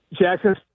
Jackson